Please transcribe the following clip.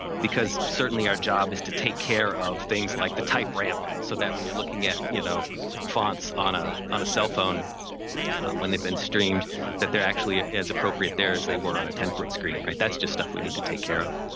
because certainly our job is to take care of things like the type ramp so that when you're looking at you know fonts on ah on a cell phone when they've been streamed that they're actually as appropriate there as they were on a ten foot screen. that's just stuff we need to take care of.